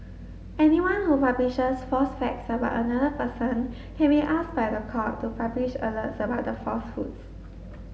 anyone who publishes false facts about another person can be asked by the court to publish alerts about the falsehoods